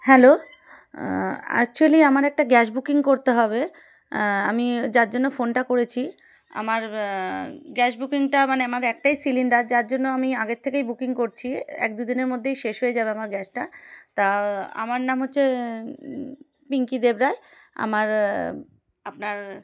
hello actually আমার একটা gas booking করতে হবে আমি যার জন্য ফোনটা করেছি আমার গ্যাস বুকিংটা মানে আমার একটাই সিলিন্ডার যার জন্য আমি আগের থেকেই বুকিং করছি এক দু দিনের মধ্যেই শেষ হয়ে যাবে আমার গ্যাসটা তা আমার নাম হচ্ছে পিঙ্কি দেব রায় আমার আপনার